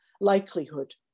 Likelihood